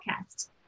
podcast